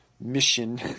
mission